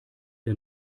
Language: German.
wir